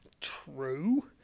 true